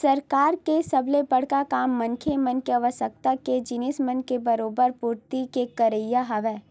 सरकार के सबले बड़का काम मनखे मन के आवश्यकता के जिनिस मन के बरोबर पूरति के करई हवय